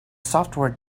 software